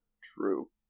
True